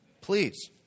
Please